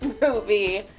movie